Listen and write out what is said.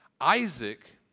Isaac